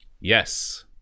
Yes